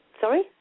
Sorry